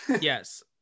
Yes